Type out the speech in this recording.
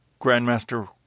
Grandmaster